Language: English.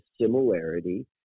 similarity